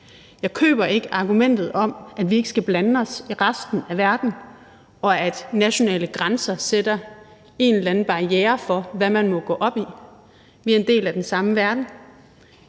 Jeg køber ikke argumentet om, at vi ikke skal blande os i resten af verden, og at nationale grænser sætter en eller anden barriere for, hvad man må gå op i. Vi er en del af den samme verden.